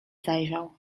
zajrzał